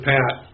Pat